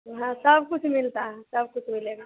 हाँ सबकुछ मिलता है सबकुछ मिलेगा